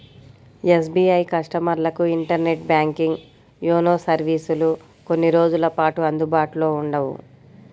SBI కస్టమర్లకు internet banking, YONO సర్వీసులు కొన్ని రోజుల పాటు అందుబాటులో ఉండవు